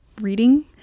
reading